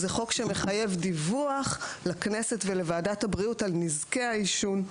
זה חוק שמחייב דיווח לכנסת ולוועדת הבריאות על נזקי העישון,